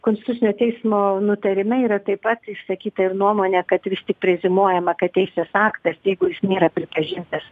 konstitucinio teismo nutarime yra taip pat išsakyta jo nuomonė kad vis tik preziumuojama kad teisės aktas jeigu jis nėra pripažintas